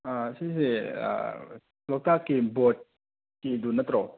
ꯁꯤꯁꯦ ꯂꯣꯛꯇꯥꯛꯀꯤ ꯕꯣꯠꯀꯤꯗꯨ ꯅꯠꯇ꯭ꯔꯣ